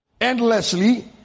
endlessly